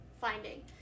finding